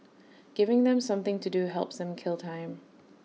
giving them something to do helps them kill time